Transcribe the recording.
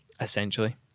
essentially